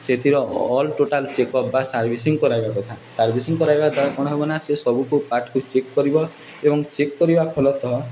ସେଥିର all total checkup ବା servicing କରାଇବା କଥା ସାର୍ଭିସିଂ କରାଇବା ଦ୍ଵାରା କ'ଣ ହେବନା ସେ ସବୁକୁ ପାର୍ଟ୍କୁ ଚେକ୍ କରିବ ଏବଂ ଚେକ୍ କରିବା ଫଳତଃ